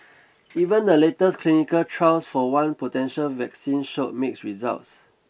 even the latest clinical trials for one potential vaccine showed mixed results